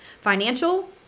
financial